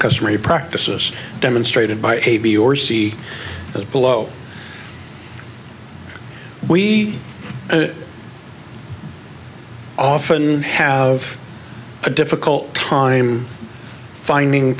customary practices demonstrated by a b or c as below we often have a difficult time finding